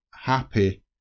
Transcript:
happy